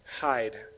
hide